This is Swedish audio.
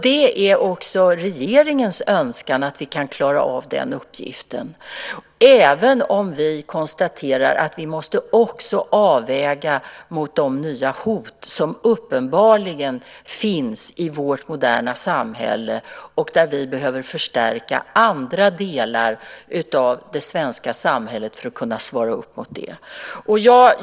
Det är också regeringens önskan att vi kan klara av den uppgiften, även om vi konstaterar att vi också måste avväga mot de nya hot som uppenbarligen finns i vårt moderna samhälle och där vi behöver förstärka andra delar av det svenska samhället för att kunna svara upp mot det.